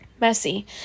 messy